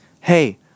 hey